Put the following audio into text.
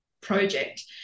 project